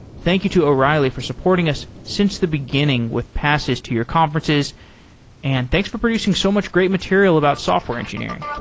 thank you to o'reilly for supporting us since the beginning with passes to your conferences and thanks for producing so much great material about software engineering.